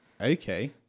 Okay